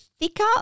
Thicker